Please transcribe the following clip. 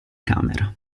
camera